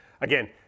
Again